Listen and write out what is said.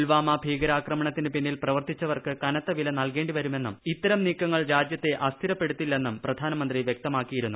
പുൽവാമ ഭീകരാക്രമണത്തിന് പിന്നിൽ പ്രവർത്തിച്ചവർക്ക് കനത്ത വില നൽകേണ്ടി വരുമെന്നും ഇത്തരം നീക്കങ്ങൾ രാജ്യത്തെ അസ്ഥിരപ്പെടുത്തില്ലെന്നും പ്രധാനമന്ത്രി വൃക്തമാക്കിയിരുന്നു